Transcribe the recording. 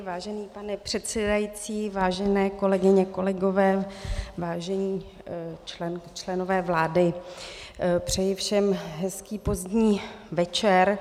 Vážený pane předsedající, vážené kolegyně, kolegové, vážení členové vlády, přeji všem hezký pozdní večer.